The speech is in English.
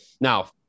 now